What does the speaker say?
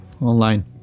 online